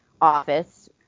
Office